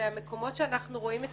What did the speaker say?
המקומות שאנחנו רואים את